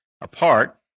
apart